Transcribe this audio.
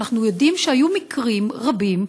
ואנחנו יודעים שהיו מקרים רבים,